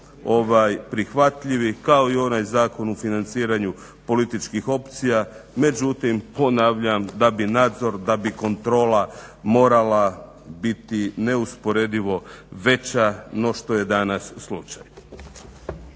prihvatljivi kao i onaj zakon o financiranju političkih opcija, međutim ponavljam da bi nadzor, da bi kontrola morala biti neusporedivo veća no što je danas slučaj.